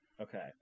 Okay